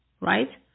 right